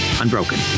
unbroken